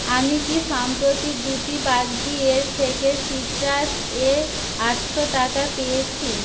আমি কি সম্প্রতি দ্যুতি বাগদি এর থেকে সিট্রাস এ আটশো টাকা পেয়েছি